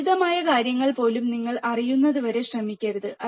ലളിതമായ കാര്യങ്ങൾ പോലും നിങ്ങൾ അറിയുന്നതുവരെ ശ്രമിക്കരുത്